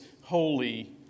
holy